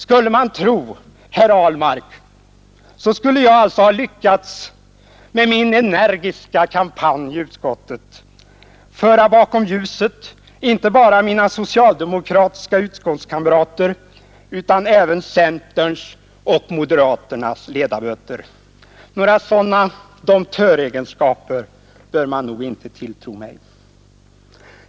Skulle man tro herr Ahlmark så skulle jag ha lyckats att med min energiska kampanj i utskottet föra bakom ljuset inte bara mina socialdemokratiska utskottskamrater, utan även centerns och moderaternas ledamöter. Några sådana domptöregenskaper bör man nog inte tillmäta mig.